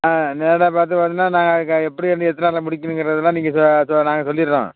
ஆ நேராக பார்த்து வேணுன்னால் நாங்கள் எப்படி இன்னும் எத்தனை நாளில் முடிக்கணுங்கிறதெல்லாம் நீங்கள் ச சொ நாங்கள் சொல்லிடுறோம்